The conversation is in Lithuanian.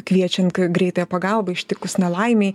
kviečiant greitąją pagalbą ištikus nelaimei